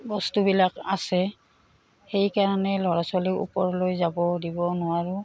বস্তুবিলাক আছে সেইকাৰণে ল'ৰা ছোৱালীক ওপৰলৈ যাব দিব নোৱাৰোঁ